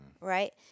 Right